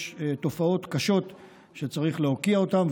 יש תופעות קשות שצריך להוקיע אותן,